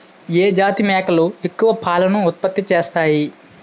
ఏ జాతి మేకలు ఎక్కువ పాలను ఉత్పత్తి చేస్తాయి?